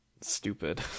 stupid